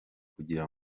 kugira